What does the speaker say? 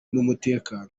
n’umutekano